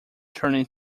turning